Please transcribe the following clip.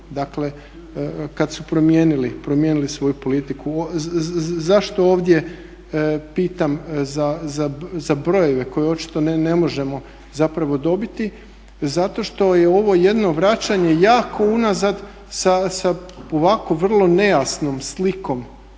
Dakle, kad su promijenili svoju politiku. Zašto ovdje pitam za brojeve koje očito ne možemo zapravo dobiti? Zato što je ovo jedno vraćanje jako unazad sa ovako vrlo nejasnom slikom